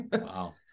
Wow